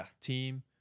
team